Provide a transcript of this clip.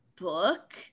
book